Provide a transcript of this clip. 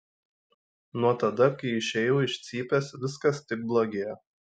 nuo tada kai išėjau iš cypės viskas tik blogėjo